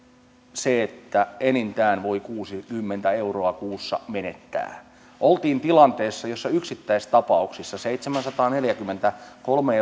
se että enintään voi kuusikymmentä euroa kuussa menettää oltiin tilanteessa jossa yksittäistapauksissa seitsemänsataaneljäkymmentäkolme